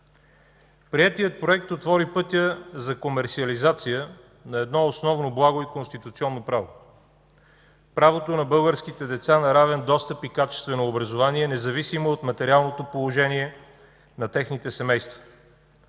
Приетият Проект отвори пътя за комерсиализация на едно основно благо и конституционно право. Правото на българските деца на равен достъп и качествено образование, независимо от материалното положение на техните семейства.